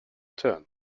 turn